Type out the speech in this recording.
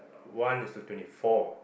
one is to twenty four